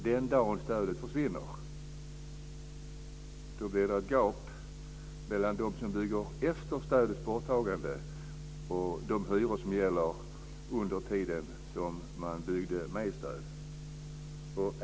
Den dag som stödet försvinner blir det ett gap mellan dem som bygger efter stödets borttagande och de hyror som gäller för de bostäder som byggdes med stöd.